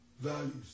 values